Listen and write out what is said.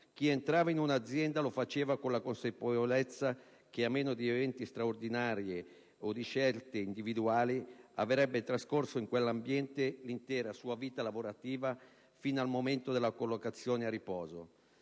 Chi entrava in un'azienda lo faceva con la consapevolezza che, a meno di eventi straordinari o di scelte individuali, avrebbe trascorso in quell'ambiente l'intera sua vita lavorativa fino al momento del collocamento a riposo.